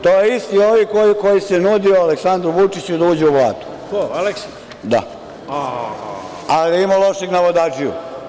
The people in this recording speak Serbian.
To je isti ovaj koji se nudio Aleksandru Vučiću da uđe u Vladu, da, ali ima lošeg navodadžiju.